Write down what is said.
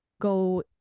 go